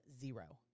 zero